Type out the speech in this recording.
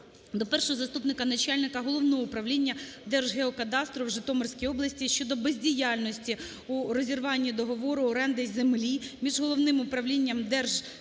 до першого заступника начальника Головного управління Держгеокадастру у Житомирській області щодо бездіяльності у розірванні договору оренди землі між Головним управлінням Держземагентства